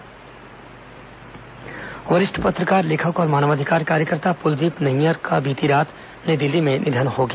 कुलदीप नैय्यर निधन वरिष्ठ पत्रकार लेखक और मानवाधिकार कार्यकर्ता कलदीप नैय्यर का बीती रात नई दिल्ली में निधन हो गया